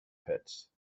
pits